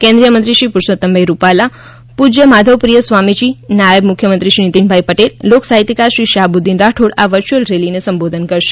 કેન્દ્રીયમંત્રીશ્રી પરષોત્તમભાઈ રૂપાલા પૂજ્ય માધવપ્રિય સ્વામીજી નાયબ મુખ્યમંત્રીશ્રી નીતિનભાઈ પટેલ લોક સાહિત્યકાર શ્રી શાહબુદ્દીન રાઠોડ આ વર્ચ્યુઅલ રેલીને સંબોધન કરશે